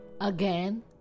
again